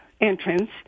entrance